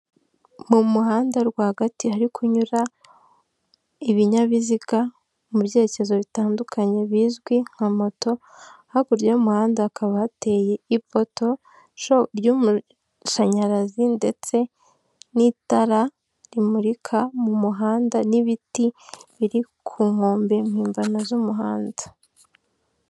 Mu muhanda rwagati hari kunyura ibinyabiziga, mu byerekezo bitandukanye bizwi nka moto. Hakurya y'umuhanda hakaba hateye ipoto ry'umashanyarazi, ndetse n'itara rimurika mu muhanda, n'ibiti biri ku nkombe mpimbano z'umuhanda.